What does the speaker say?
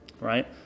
Right